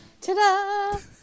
Ta-da